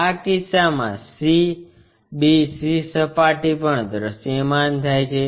આ કિસ્સામાં c bc સપાટી પણ દૃશ્યમાન થાય છે